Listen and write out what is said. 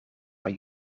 van